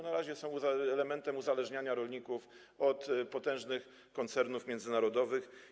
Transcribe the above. Na razie są elementem uzależniania rolników od potężnych koncernów międzynarodowych.